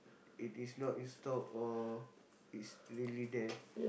it is not in stock or it's really there